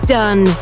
done